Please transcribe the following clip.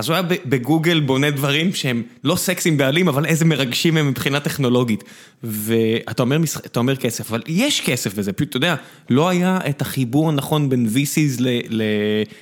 אז הוא היה בגוגל בונה דברים שהם לא סקסים בעליל, אבל איזה מרגשים הם מבחינה טכנולוגית. ואתה אומר כסף, אבל יש כסף בזה. פשוט, אתה יודע, לא היה את החיבור הנכון בין VCs